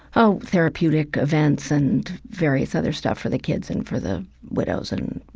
oh, therapeutic events and various other stuff for the kids and for the widows. and,